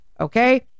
Okay